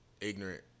ignorant